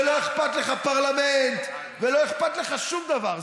ולא אכפת לך פרלמנט ולא אכפת לך שום דבר.